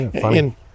Funny